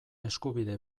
eskubide